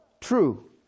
true